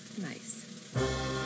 Nice